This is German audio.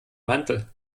mantel